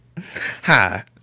Hi